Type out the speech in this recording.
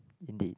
indeed